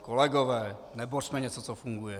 Kolegové, nebořme něco, co funguje!